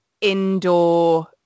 indoor